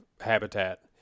habitat